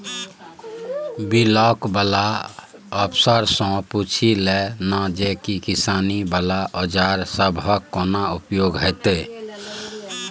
Block बला अफसरसँ पुछि लए ना जे किसानी बला औजार सबहक कोना उपयोग हेतै?